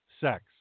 Sex